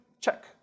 Check